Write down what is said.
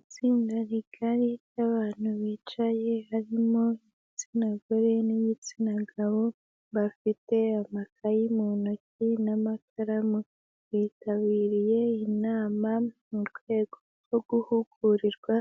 Itsinda rigari ry'abantu bicaye harimo ibitsina gore n'ibitsina gabo, bafite amakaye mu ntoki n'amakaramu. Bitabiriye inama mu rwego rwo guhugurirwa